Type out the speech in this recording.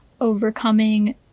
overcoming